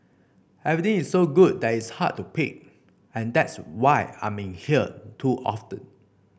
everything is so good that it's hard to pick and that's why I'm in here too often